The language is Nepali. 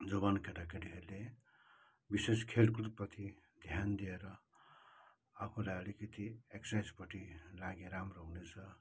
जवान केटाकेटीहरूले विशेष खेलकुद प्रति ध्यान दिएर आफूलाई अलिकति एक्सर्साइजपट्टि लागे राम्रो हुनेछ